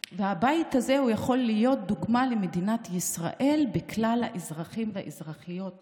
והבית הזה יכול להיות דוגמה למדינת ישראל וכלל האזרחים והאזרחיות שלה.